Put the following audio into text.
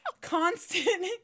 constant